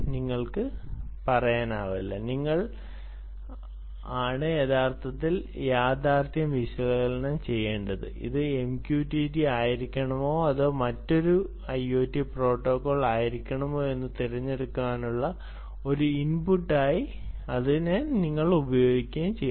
നിങ്ങൾ ആണ് യഥാർത്ഥത്തിൽ യാഥാർത്ഥ്യം വിശകലനം ചെയ്യേണ്ടത് അത് MQTT ആയിരിക്കണമോ അതോ മറ്റൊരു IoT പ്രോട്ടോക്കോൾ ആയിരിക്കണമോ എന്ന് തിരഞ്ഞെടുക്കുന്നതിനുള്ള ഒരു ഇൻപുട്ടായി നിങ്ങൾ ഉപയോഗിക്കുകയും ചെയ്യണം